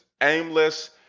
aimless